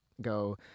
go